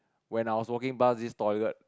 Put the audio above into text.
when I was walking past this toilet